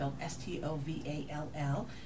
S-T-O-V-A-L-L